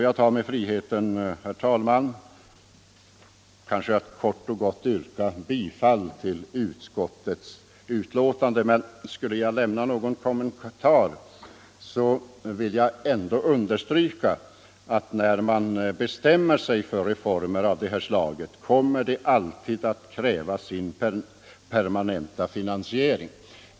Jag yrkar därför kort och gott bifall till utskottets hemställan. Men om jag ändå skall göra någon kommentar, så är det den att reformer av detta slag ju alltid kräver sin permanenta finansiering.